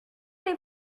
mes